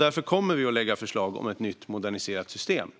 Därför kommer vi att lägga fram förslag om ett nytt och moderniserat system